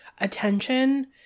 attention